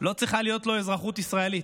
לא צריכה להיות לו אזרחות ישראלית.